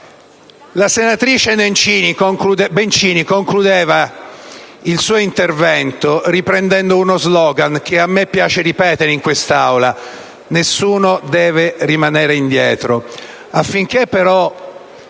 La senatrice Bencini ha poc'anzi concluso il suo intervento riprendendo uno *slogan* che mi piace ripetere in quest'Aula: nessuno deve rimanere indietro.